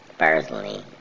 personally